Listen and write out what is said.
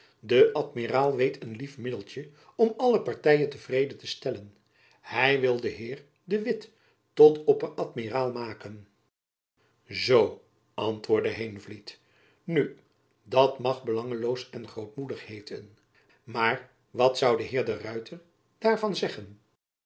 de amiraal weet een lief middeltjen om alle partyen te vrede te stellen hy wil den heer de witt tot opper amiraal maken zoo antwoordde heenvliet nu dat mag belangeloos en grootmoedig heeten maar wat zoû de heer de ruyter daarvan zeggen